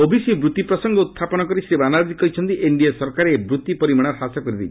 OBC ବୃତ୍ତି ପ୍ରସଙ୍ଗ ଉତ୍ଥାପନ କରି ଶ୍ରୀ ବାନାର୍କୀ କହିଛନ୍ତି ଏନ୍ଡିଏ ସରକାର ଏହି ବୃତ୍ତି ପରିମାଣ ହ୍ରାସ କରିଦେଇଛନ୍ତି